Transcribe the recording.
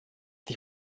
die